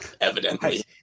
Evidently